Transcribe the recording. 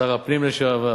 שר הפנים לשעבר,